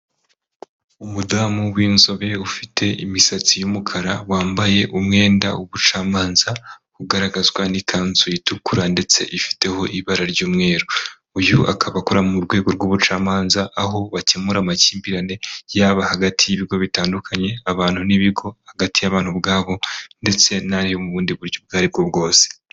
Umudamu w'inzobe ufite imisatsi y'umukara, wambaye umwenda w'ubucamanza, ugaragazwa n'ikanzu itukura ndetse ifiteho ibara ry'umweru, uyu akaba akora mu rwego rw'ubucamanza, aho bakemura amakimbirane yaba hagati y'ibigo bitandukanye, abantu n'ibigo, hagati y'abantu ubwabo ndetse n'ayo mu bundi buryo ubwo ari bwo bwose.